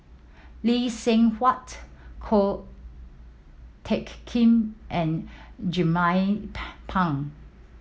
Lee Seng Huat Ko Teck Kin and Jernnine Pang